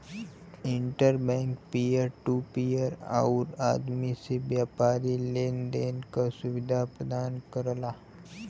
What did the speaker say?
inter bank peer to peer आउर आदमी से व्यापारी लेन देन क सुविधा प्रदान करला